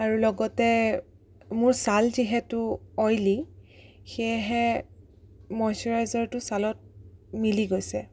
আৰু লগতে মোৰ ছাল যিহেতু অইলি সেয়েহে মইশ্চাৰাইজাৰটো ছালত মিলি গৈছে